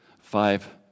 five